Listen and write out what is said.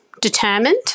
determined